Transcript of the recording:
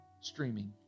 streaming